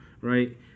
right